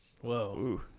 Whoa